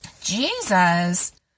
Jesus